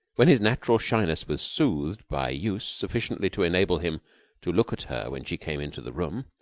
when his natural shyness was soothed by use sufficiently to enable him to look at her when she came into the room,